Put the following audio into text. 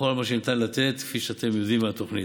לכל מה שניתן לתת, כפי שאתם יודעים מהתוכנית.